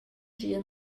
dia